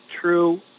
true